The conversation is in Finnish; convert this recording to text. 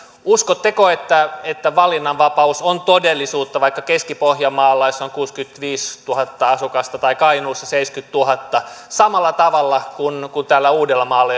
uskotteko että että valinnanvapaus on todellisuutta vaikka keski pohjanmaalla missä on kuusikymmentäviisituhatta asukasta tai kainuussa seitsemänkymmentätuhatta samalla tavalla kuin täällä uudellamaalla